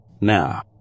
Now